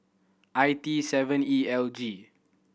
I T seven E L G